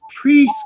preschool